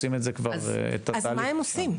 אז מה הם עושים?